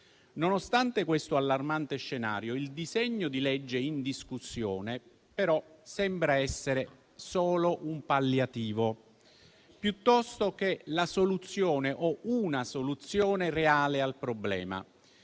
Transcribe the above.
Nonostante questo allarmante scenario, il disegno di legge in discussione sembra essere solo un palliativo piuttosto che la soluzione o una soluzione reale al problema;